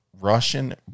Russian